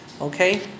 okay